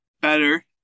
better